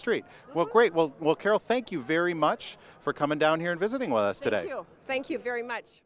street well great well well carol thank you very much for coming down here and visiting with us today thank you very much